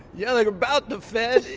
yelling about the fed,